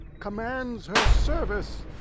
commands her service.